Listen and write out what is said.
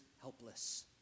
helpless